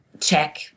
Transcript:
check